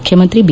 ಮುಖ್ಯಮಂತ್ರಿ ಬಿ